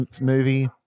movie